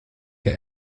der